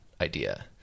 idea